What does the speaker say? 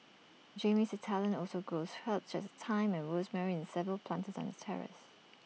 Jamie's Italian also grows herbs such as thyme and rosemary in Seven planters on its terrace